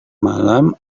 malam